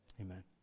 amen